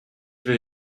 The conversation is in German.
will